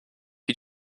you